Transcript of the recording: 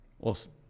Awesome